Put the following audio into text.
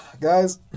Guys